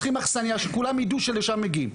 שכולם ידעו שלשם מגיעים.